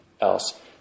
else